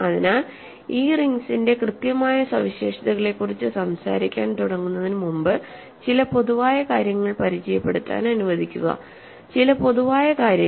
അതിനാൽ ഈ റിംഗ്സിന്റെ കൃത്യമായ സവിശേഷതകളെക്കുറിച്ച് സംസാരിക്കാൻ തുടങ്ങുന്നതിനുമുമ്പ് ചില പൊതുവായ കാര്യങ്ങൾ പരിചയപ്പെടുത്താൻ അനുവദിക്കുക ചില പൊതുവായ കാര്യങ്ങൾ